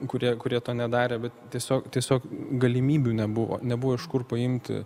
kurie kurie to nedarė bet tiesiog tiesiog galimybių nebuvo nebuvo iš kur paimti